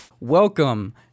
Welcome